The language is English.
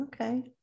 Okay